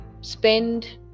spend